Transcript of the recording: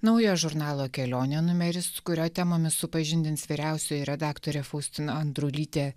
naujas žurnalo kelionė numeris su kurio temomis supažindins vyriausioji redaktorė faustina andrulytė